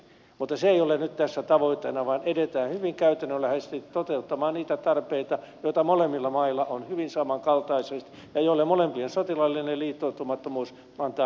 mutta se ei ole nyt tässä tavoitteena vaan edetään hyvin käytännönläheisesti toteuttamaan niitä tarpeita jotka molemmilla mailla ovat hyvin samankaltaiset ja joille molempien sotilaallinen liittoutumattomuus antaa